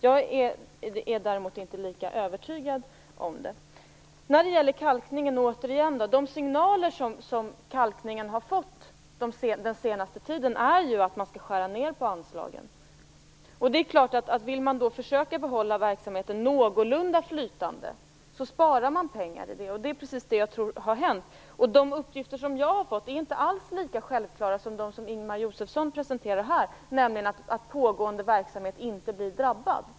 Jag är däremot inte lika övertygad. De signaler som har kommit när det gäller kalkningen under den senaste tiden är att anslagen skall skäras ner. Vill man då försöka hålla verksamheten någorlunda flytande sparar man naturligtvis pengar, och det är precis vad jag tror har hänt. De uppgifter jag har fått är inte alls lika självklara som de som Ingemar Josefsson presenterar här, nämligen att pågående verksamhet inte blir drabbad.